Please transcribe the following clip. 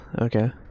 okay